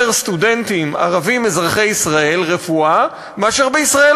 סטודנטים ערבים אזרחי ישראל רפואה מאשר בישראל.